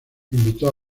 invitó